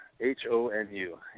H-O-N-U